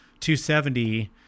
270